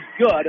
good